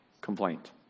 complaint